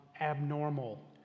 abnormal